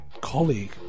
colleague